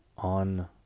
On